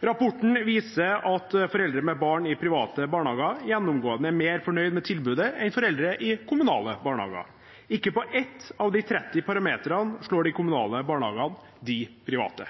Rapporten viser at foreldre med barn i private barnehager gjennomgående er mer fornøyd med tilbudet enn foreldre med barn i kommunale barnehager. Ikke på ett av de 30 parametrene slår de kommunale barnehagene de private.